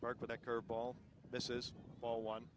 mark with a curveball this is all one